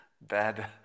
bad